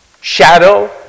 Shadow